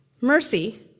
Mercy